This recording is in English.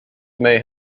may